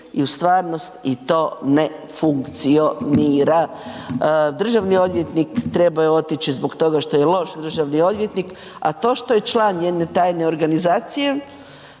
i u stvarnost i to ne funkcionira. Državni odvjetnik trebao je otići zbog toga što je loš državni odvjetnik, a to što je član jedne tajne organizacije,